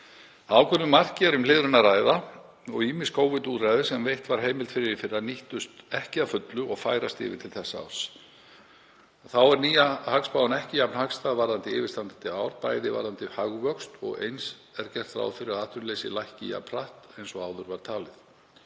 ákveðnu marki er um hliðrun að ræða og ýmis Covid-úrræði sem veitt var heimild fyrir í fyrra nýttust ekki að fullu og færast yfir til þessa árs. Þá er nýja hagspáin ekki jafn hagstæð fyrir yfirstandandi ár varðandi hagvöxt og eins er ekki gert ráð fyrir að atvinnuleysi lækki jafn hratt eins og áður var talið.